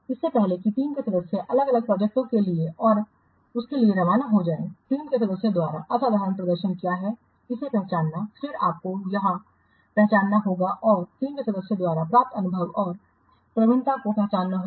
इससे पहले कि टीम के सदस्य अलग अलग प्रोजेक्ट के लिए और उसके लिए रवाना हो जाएं टीम के सदस्यों द्वारा असाधारण प्रदर्शन क्या है इसे पहचानना फिर आपको यहां पहचानना होगा और टीम के सदस्यों द्वारा प्राप्त अनुभव और प्रवीणता को पहचानना होगा